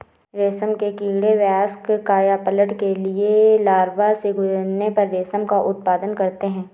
रेशम के कीड़े वयस्क कायापलट के लिए लार्वा से गुजरने पर रेशम का उत्पादन करते हैं